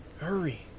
hurry